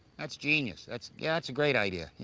that's genius, that's. yeah, that's a great idea, yeah,